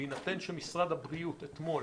בהינתן שמשרד הבריאות אתמול